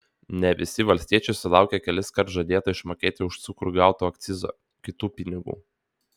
ne visi valstiečiai sulaukė keliskart žadėto išmokėti už cukrų gauto akcizo kitų pinigų